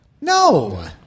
no